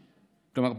כלומר,